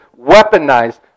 weaponized